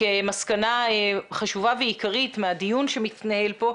כמסקנה חשובה ועיקרית מהדיון שמתנהל פה,